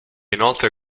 inoltre